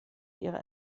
ihre